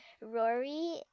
Rory